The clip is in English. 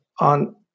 on